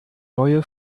neue